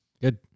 Good